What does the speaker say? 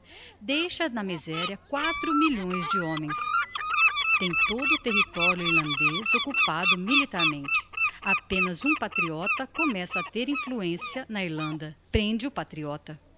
deixa na miseria quatro milhões de homens tem todo o territorio irlandez occupado militarmente apenas um patriota começa a ter influencia na irlanda prende o patriota